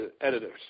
editors